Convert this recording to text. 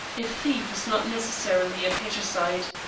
a thief is not necessarily a parricide.